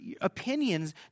opinions